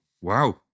Wow